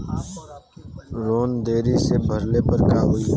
Loan देरी से भरले पर का होई?